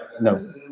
No